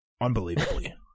unbelievably